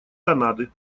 канады